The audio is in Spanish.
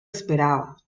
esperaba